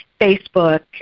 Facebook